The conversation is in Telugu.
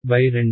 ZZ2